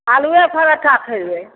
आलुए परौठा खएबै